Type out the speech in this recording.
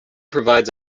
provides